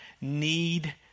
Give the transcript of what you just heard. need